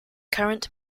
current